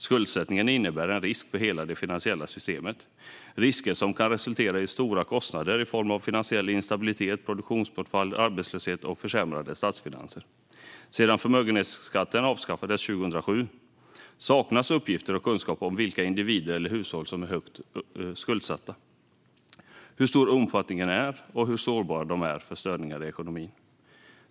Skuldsättningen innebär risker för hela det finansiella systemet, risker som kan resultera i stora kostnader i form av finansiell instabilitet, produktionsbortfall, arbetslöshet och försämrade statsfinanser. Sedan förmögenhetsskatten avskaffades 2007 saknas uppgifter och kunskap om vilka individer eller hushåll som är högt skuldsatta, hur stor omfattningen är och hur sårbara de är för störningar i ekonomin.